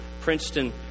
Princeton